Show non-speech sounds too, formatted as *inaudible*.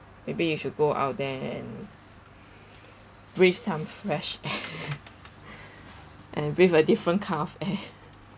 maybe you should go out there and *breath* breathe some fresh air *laughs* and breathe a different kind of air